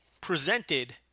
presented